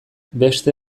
beste